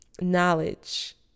knowledge